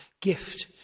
gift